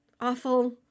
awful